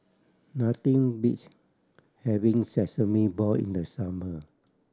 nothing beats having Sesame Ball in the summer